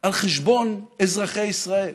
על חשבון אזרחי ישראל.